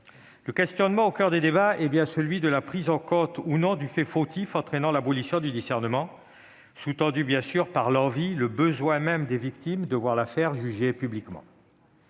Le questionnement au coeur des débats est bien celui de la prise en compte, ou non, du fait fautif entraînant l'abolition du discernement, bien sûr sous-tendue par l'envie, le besoin même des victimes de voir l'affaire jugée publiquement.